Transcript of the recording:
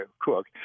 cook